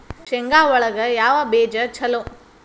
ಶೇಂಗಾ ಒಳಗ ಯಾವ ಬೇಜ ಛಲೋ?